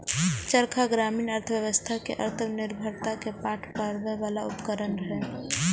चरखा ग्रामीण अर्थव्यवस्था कें आत्मनिर्भरता के पाठ पढ़बै बला उपकरण रहै